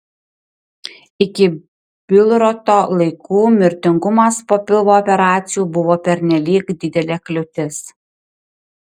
iki bilroto laikų mirtingumas po pilvo operacijų buvo pernelyg didelė kliūtis